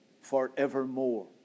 forevermore